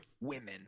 Women